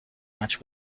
match